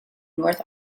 north